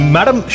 Madam